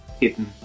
hidden